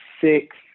six